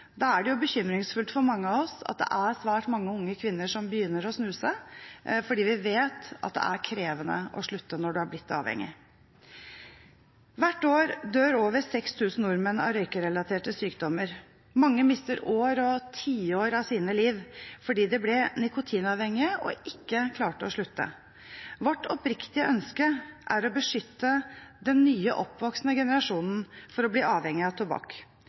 Da er det bekymringsfullt for mange av oss at det er svært mange unge kvinner som begynner å snuse – vi vet at det er krevende å slutte når man er blitt avhengig. Hvert år dør over 6 000 nordmenn av røykerelaterte sykdommer. Mange mister år og tiår av sitt liv fordi de ble nikotinavhengige og ikke klarte å slutte. Vårt oppriktige ønske er å beskytte den nye oppvoksende generasjonen mot å bli avhengig av tobakk.